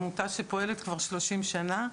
זו עמותה שפועלת כבר שלושים שנה,